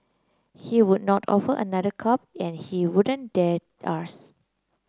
he would not offer another cup and he wouldn't dare ask